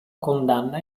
condanna